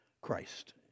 Christ